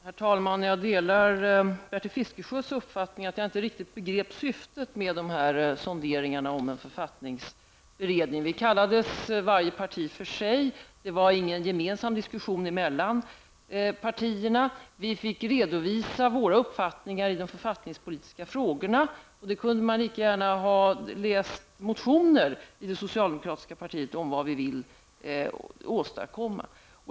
Herr talman! I likhet med Bertil Fiskesjö förstod jag inte syftet med sonderingarna om en författningsberedning. Varje parti kallades för sig, och det fördes alltså ingen gemensam diskussion mellan partierna. Vi fick redovisa våra uppfattningar i de författningspolitiska frågorna. Socialdemokraterna kunde lika gärna ha läst våra motioner för att få veta vad vi ville åstadkomma.